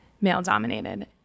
male-dominated